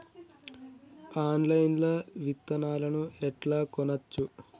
Online లా విత్తనాలను ఎట్లా కొనచ్చు?